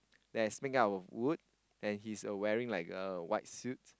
that is make up of wood and he is uh wearing like a white suit